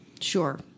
sure